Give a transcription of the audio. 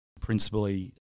principally